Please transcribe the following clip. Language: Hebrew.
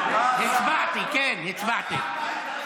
הצבעתי, כן, הצבעתי.